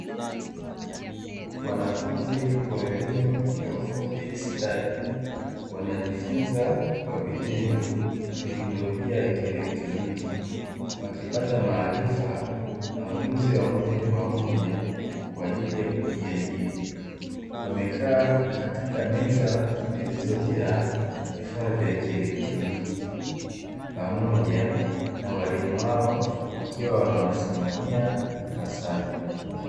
Wanafunzi wa elimu ya ufundi stadi wanajifunza kwa vitendo teknolojia ya kielektroniki, wakipata maarifa na ujuzi wa moja kwa moja kwa ajili ya kujiaajiri. Wamekaa katika meza zilizojaa vifaa vya kielektroniki pamoja na walimu wao wakiwa wanawasimamia ipasavyo.